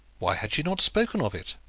why had she not spoken of it?